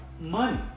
Money